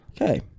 Okay